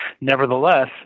nevertheless